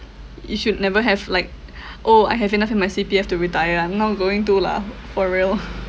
you should never have like oh I have enough in my C_P_F to retire I'm not going to lah for real